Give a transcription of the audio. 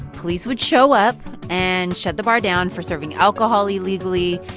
police would show up and shut the bar down for serving alcohol illegally.